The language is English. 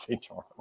Charles